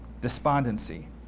Despondency